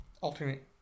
alternate